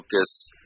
focus